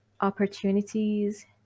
opportunities